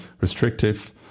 restrictive